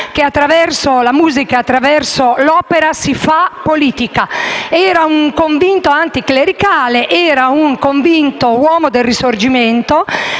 che attraverso la musica e l'opera si fa politica. Era un convinto anticlericale, un convinto uomo del Risorgimento